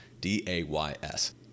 D-A-Y-S